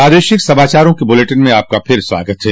प्रादेशिक समाचारों के इस बुलेटिन में आपका फिर से स्वागत है